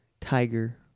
Tiger